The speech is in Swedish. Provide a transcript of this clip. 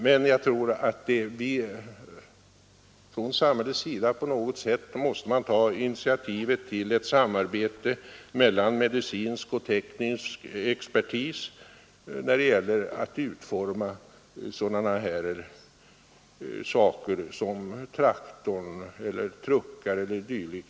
Men jag tror att man från samhällets sida på något sätt måste ta initiativ till ett samarbete mellan medicinsk och teknisk expertis när det gäller att framställa traktorer, truckar etc.